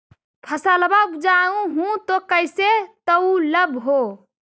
फसलबा उपजाऊ हू तो कैसे तौउलब हो?